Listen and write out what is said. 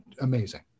amazing